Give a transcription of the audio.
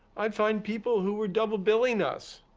i'd find people who were double billing us.